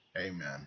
Amen